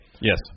Yes